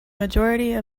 majority